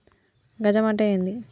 గజం అంటే ఏంది?